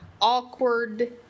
awkward